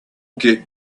get